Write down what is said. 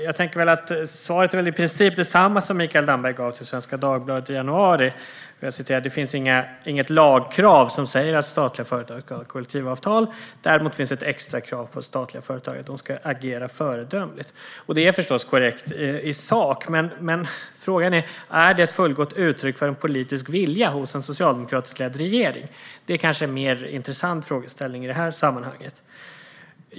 Jag tänker att svaret väl i princip är detsamma som Mikael Damberg gav till Svenska Dagbladet i januari: "Det finns inget lagkrav som säger att statliga företag ska ha kollektivavtal. Däremot finns ett extra krav på statliga företag att de ska agera föredömligt." Det är förstås korrekt i sak, men frågan är om det är ett fullgott uttryck för en politisk vilja hos en socialdemokratiskt ledd regering. Det är kanske en mer intressant frågeställning i det här sammanhanget.